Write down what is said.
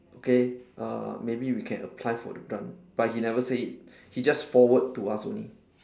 okay uh maybe we can apply for the grant but he never say it he just forward to us only